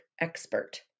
expert